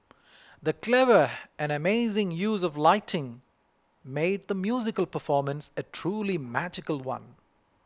the clever and amazing use of lighting made the musical performance a truly magical one